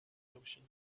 ocean